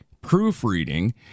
proofreading